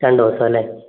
രണ്ട് ദിവസം അല്ലേ